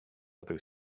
other